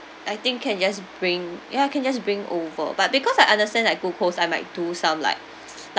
I think can just bring ya can just bring over but because I understand like gold coast I might do some like